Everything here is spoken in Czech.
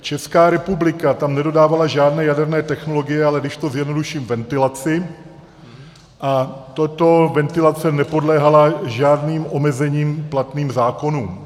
Česká republika tam nedodávala žádné jaderné technologie, ale když to zjednoduším, ventilaci, a tato ventilace nepodléhala žádným omezením platným zákonům.